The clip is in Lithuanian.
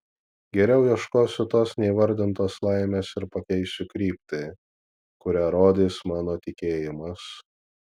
geriau ieškosiu tos neįvardintos laimės ir pakeisiu kryptį kurią rodys mano tikėjimas